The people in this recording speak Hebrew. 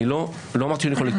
לא אמרתי שאני חולק.